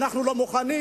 אנחנו לא מוכנים,